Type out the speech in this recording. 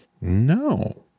No